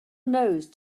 nose